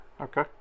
Okay